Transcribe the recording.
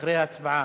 אחרי ההצבעה.